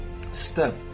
step